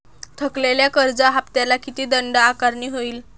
थकलेल्या कर्ज हफ्त्याला किती दंड आकारणी होईल?